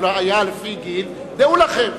לפי גיל, דעו לכם